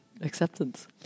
acceptance